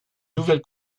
nouvelle